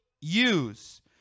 use